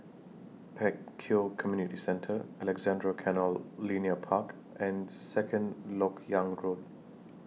Pek Kio Community Centre Alexandra Canal Linear Park and Second Lok Yang Road